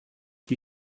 die